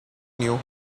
knew